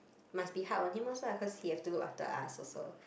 must be hard on him also ah cause he have to look after us also